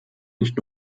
nicht